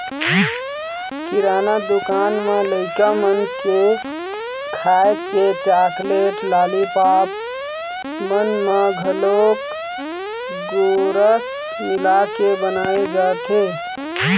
किराना दुकान म लइका मन के खाए के चाकलेट, लालीपॉप मन म घलोक गोरस मिलाके बनाए जाथे